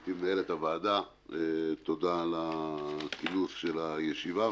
גברתי מנהלת הוועדה, תודה על כינוס הישיבה.